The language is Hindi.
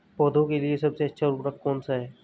पौधों के लिए सबसे अच्छा उर्वरक कौन सा है?